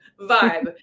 vibe